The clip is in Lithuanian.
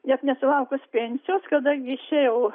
net nesulaukus pensijos kadangi išėjau